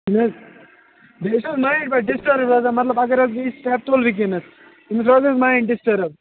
نہ حظ بیٚیہِ چھُ مایِنٛڈ پَتہٕ ڈِسٹٕرٕب روزان مطلَب اگر حظ بہٕ یہِ سِٹیٚپ تُلہٕ وُنکیٚنَس تٔمِس روزِ حظ مایِنٛڈ ڈِسٹٕرٕب